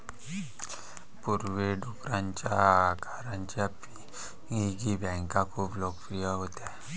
पूर्वी, डुकराच्या आकाराच्या पिगी बँका खूप लोकप्रिय होत्या